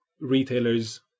retailers